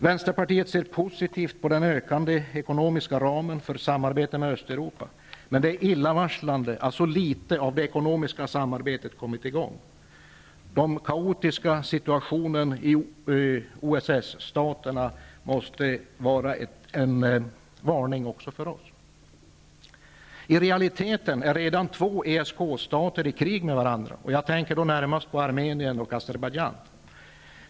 Vänsterpartiet ser positivt på den ökande ekonomiska ramen för samarbetet med Östeuropa, men det är illavarslande att så litet av det ekonomiska samarbetet kommit i gång. Den kaotiska situationen i OSS-staterna måste vara en varning även för oss. I realiteten är redan två ESK-stater i krig med varandra. Jag tänker då närmast på Armenien och Azerbajdzjan.